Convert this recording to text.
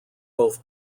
both